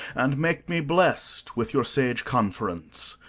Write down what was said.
and make me blest with your sage conference.